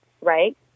right